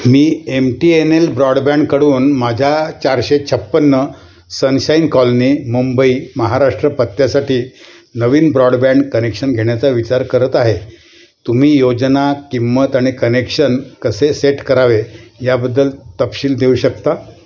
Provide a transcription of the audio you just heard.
मी M T N L ब्रॉडबँडकडून माझ्या चारशे छप्पन्न सनशाईन कॉलनी मुंबई महाराष्ट्र पत्त्यासाठी नवीन ब्रॉडबँड कनेक्शन घेण्याचा विचार करत आहे तुम्ही योजना किंमत आणि कनेक्शन कसे सेट करावे याबद्दल तपशील देऊ शकता